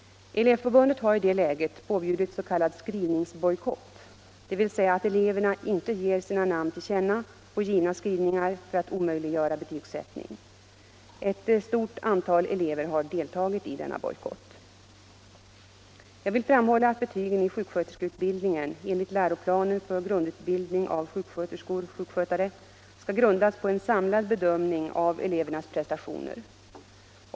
Elevförbundet har i det läget påbjudit s.k. skrivningsbojkott, dvs. att eleverna inte ger sina namn till känna på givna skrivningar för att omöjliggöra betygsättning. Ett stort antal elever har deltagit i denna bojkott. Jag vill framhålla att betygen i sjuksköterskeutbildningen enligt läroplanen för grundutbildning av sjuksköterskor/sjukskötare skall grundas på en samlad bedömning av elevernas prestationer.